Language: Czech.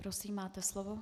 Prosím, máte slovo.